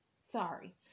Sorry